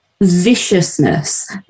viciousness